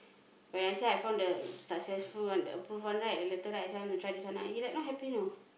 when I say I found the successful one the approved one right the letter right I say I want to try this one he like not happy you know